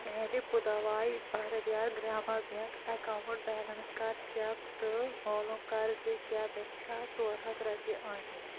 میانہِ پُداواے بھارتِھیار گرٛاما بیٚنٛک اٮ۪کاونٹُک بیلَنس کَر چیک تہٕ معلوٗم کَر زِ کیٛاہ مےٚ چھا ژور ہَتھ رۄپیہِ آمٕتۍ